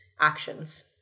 actions